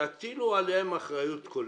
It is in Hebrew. תטילו עליהם אחריות כוללת,